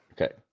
Okay